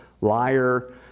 liar